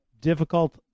difficult